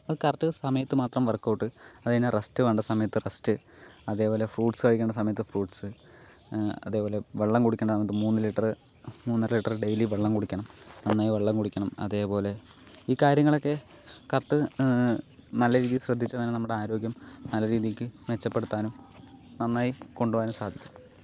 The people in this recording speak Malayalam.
കറക്റ്റ് സമയത്ത് മാത്രം വർക്ക് ഔട്ട് അത് കഴിഞ്ഞാൽ റസ്റ്റ് വേണ്ട സമയത്ത് റസ്റ്റ് അതേപോലെ ഫ്രൂട്ട്സ് കഴിക്കേണ്ട സമയത്ത് ഫ്രൂട്ട്സ് അതേപോലെ വെള്ളം കുടിക്കേണ്ട സമയത്ത് മൂന്ന് ലിറ്ററ് മൂന്നര ലിറ്റർ ഡെയിലി വെള്ളം കുടിക്കണം നന്നായി വെള്ളം കുടിക്കണം അതേ പോലെ ഈ കാര്യങ്ങൾ ഒക്കെ കറക്റ്റ് നല്ല രീതിയിൽ ശ്രദ്ധിച്ചാൽ തന്നെ നമ്മുടെ ആരോഗ്യം നല്ല രീതിയ്ക്ക് മെച്ചപ്പെടുത്താനും നന്നായി കൊണ്ടുപോവാനും സാധിക്കും